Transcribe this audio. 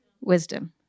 Wisdom